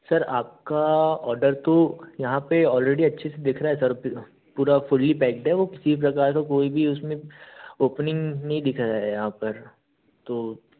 sir आपका order तो यहाॅं पे ऑलरेडी अच्छे से दिख रहा है सर प पूरा फ़ुल्ली पैक्ड है वो किसी प्रकार का कोई भी उसमें ओपनिंग नहीं दिख रहा है यहाँ पर तो